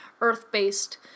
earth-based